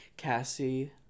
Cassie